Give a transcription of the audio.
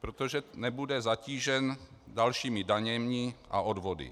protože nebude zatížen dalšími daněmi a odvody.